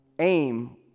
aim